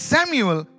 Samuel